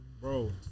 bro